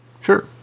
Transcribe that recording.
Sure